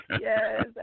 Yes